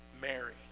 Mary